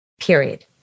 period